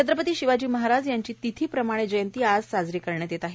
छत्रपती शिवाजी महाराज यांची तिथीप्रमाणे जयंती आज साजरी होत आहे